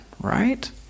right